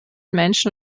menschen